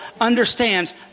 understands